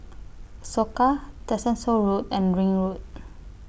Soka Tessensohn Road and Ring Road